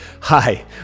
Hi